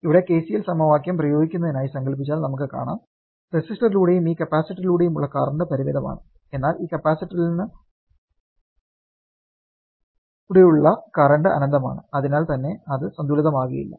ഇവിടെ നമ്മൾ KCL സമവാക്യം പ്രയോഗിക്കുന്നതായി സങ്കല്പിച്ചാൽ നമുക്കു കാണാം റെസിസ്റ്ററിലൂടെയും ഈ കപ്പാസിറ്ററിലൂടെയും ഉള്ള കറന്റ് പരിമിതമാണ് എന്നാൽ ഈ കപ്പാസിറ്ററിലൂടെയുള്ള കറന്റ് അനന്തമാണ് അതിനാൽ തന്നെ അത് സന്തുലിതമാകില്ല